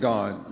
God